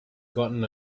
gotten